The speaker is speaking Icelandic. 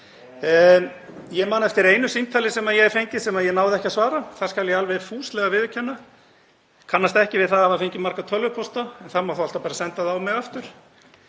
Ég man eftir einu símtali sem ég hef fengið sem ég náði ekki að svara. Það skal ég alveg fúslega viðurkenna. Ég kannast ekki við að hafa fengið marga tölvupósta en það má þá alltaf bara senda þá á mig aftur.